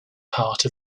part